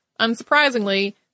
unsurprisingly